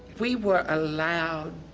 we were. allowed